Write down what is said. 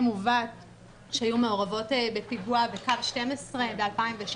ובת שהיו מעורבות בפיגוע בקו 12 ב-2016.